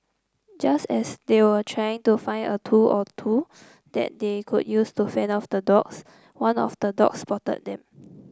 just as they were trying to find a tool or two that they could use to fend off the dogs one of the dogs spotted them